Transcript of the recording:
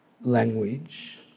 language